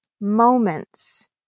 moments